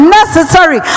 necessary